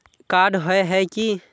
Card होय है की?